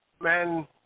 men